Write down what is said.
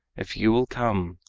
if you will come,